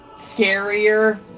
scarier